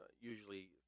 usually